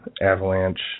Avalanche